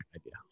idea